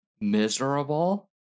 miserable